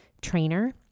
trainer